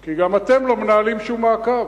כי אתם לא מנהלים שום מעקב.